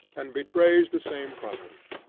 and betrays the same properties.